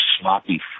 sloppy